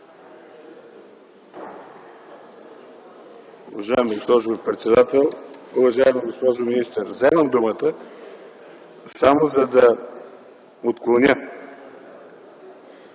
Уважаема госпожо председател, уважаема госпожо министър! Вземам думата, само за да отклоня